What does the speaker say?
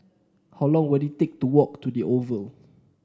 how long will it take to walk to the Oval